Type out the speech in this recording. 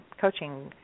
coaching